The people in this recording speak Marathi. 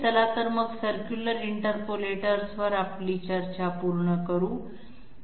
चला तर मग सर्कुलर इंटरपोलेटर्सवर आमची चर्चा पूर्ण करूया